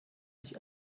sich